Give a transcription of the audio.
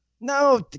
No